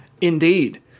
Indeed